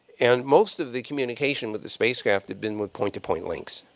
and most of the communication with the spacecraft have been with point-to-point links.